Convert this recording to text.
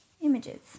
Images